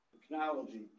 Technology